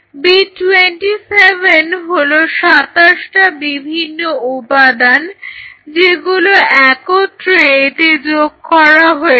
B27 হলো সাতাশটা বিভিন্ন উপাদান যেগুলো একত্রে এতে যোগ করা হয়েছে